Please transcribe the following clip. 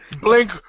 Blink